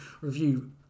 review